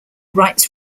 writes